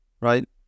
Right